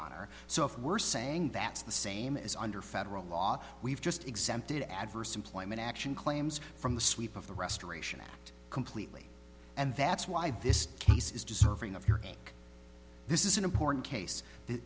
honor so if we're saying that's the same as under federal law we've just exempted adverse employment action claims from the sweep of the restoration act completely and that's why this case is deserving of hearing this is an important case that